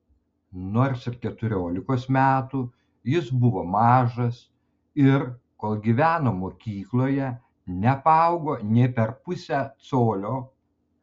nors ir keturiolikos metų jis buvo mažas ir kol gyveno mokykloje nepaaugo nė per pusę colio